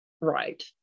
right